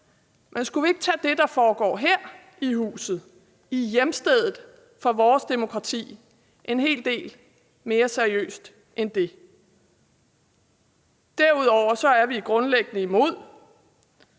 men skulle vi ikke tage det, der foregår her i huset, på hjemstedet for vores demokrati, en hel del mere seriøst end det? Derudover er vi som Enhedslistens